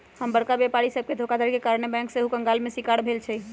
कुछ बरका व्यापारी सभके धोखाधड़ी के कारणे बैंक सेहो कंगाल के शिकार भेल हइ